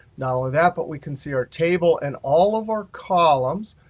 not only that, but we can see our table and all of our columns.